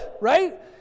right